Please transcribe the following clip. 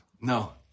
No